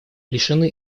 лишены